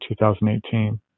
2018